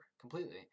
Completely